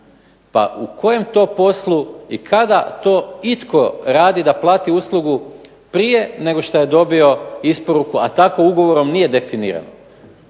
Pa u kojem to poslu i kada to itko radi da plati uslugu prije nego što je dobio isporuku, a tako ugovorom nije definirano.